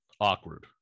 awkward